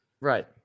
Right